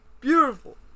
Beautiful